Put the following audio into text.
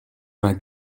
vingt